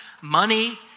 money